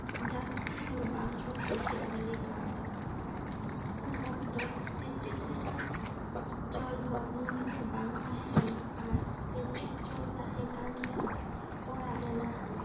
ᱡᱟᱹᱥᱛᱤ ᱫᱚ ᱵᱟᱝᱠᱚ ᱥᱮᱪᱮᱫ ᱫᱟᱲᱮ ᱠᱟᱹᱣᱫᱟ ᱩᱱ ᱚᱠᱛᱚ ᱥᱮᱪᱮᱫ ᱨᱮᱱᱟᱜ ᱪᱚᱞ ᱦᱚᱸ ᱱᱩᱱᱟᱹᱜ ᱫᱚ ᱵᱟᱝ ᱛᱟᱦᱮᱸ ᱠᱟᱱᱟ ᱟᱨ ᱥᱮᱪᱮᱫ ᱪᱚᱞ ᱛᱟᱦᱮᱸ ᱠᱟᱱ ᱨᱮᱦᱚᱸ ᱚᱲᱟᱜ ᱨᱮᱱᱟᱜ